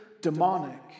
demonic